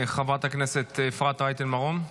חברת הכנסת אפרת רייטן מרום.